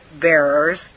bearers